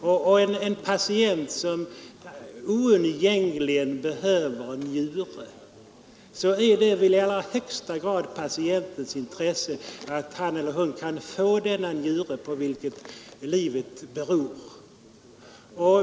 Om en patient oundgängligen behöver en njure, ligger det väl i allra högsta grad i dennes intresse att han kan få den njure på vilken livet beror.